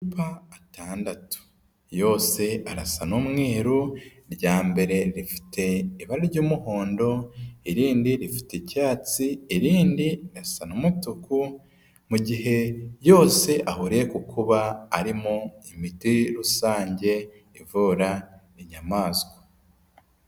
Amacupa atandatu yose arasa n'umweru, irya mbere rifite ibara ry'umuhondo, irindi rifite icyatsi, irindi rirasa n'umutuku mu gihe yose ahuriye ku kuba arimo imiti rusange ivura inyamaswa.